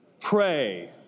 pray